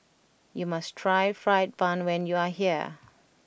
you must try Fried Bun when you are here